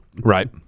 Right